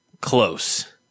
Close